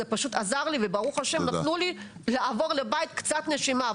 פשוט עזר לי ונתנו לי לעבור לבית עם קצת נשימה.